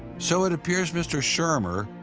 so it appears mr. shermer,